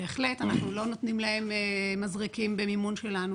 בהחלט, אנחנו לא נותנים להם מזרקים במימון שלנו.